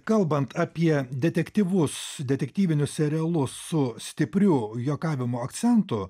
kalbant apie detektyvus detektyvinius serialus su stipriu juokavimo akcentu